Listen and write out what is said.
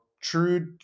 true